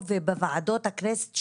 ובוועדות הכנסת,